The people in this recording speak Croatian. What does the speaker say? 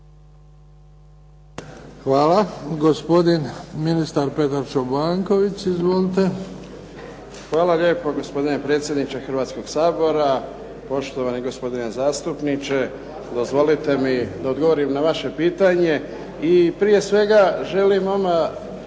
Hvala. Gospodin ministar Petar Čobanković. Izvolite. **Čobanković, Petar (HDZ)** Hvala lijepo. Gospodine predsjedniče Hrvatskoga sabora. Poštovani gospodine zastupniče, dozvolite mi da odgovorim na vaše pitanje. I prije svega želim na